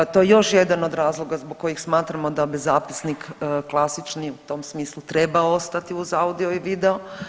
To je još jedan od razloga zbog kojih smatramo da bi zapisnik klasični u tom smislu trebao ostati uz audio i video.